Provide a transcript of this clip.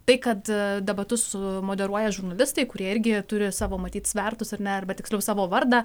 tai kad debatus sumoderuoja žurnalistai kurie irgi turi savo matyt svertus ar ne arba tiksliau savo vardą